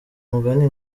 umugani